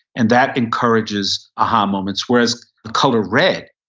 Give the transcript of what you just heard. and that encourages aha moments. whereas the color red,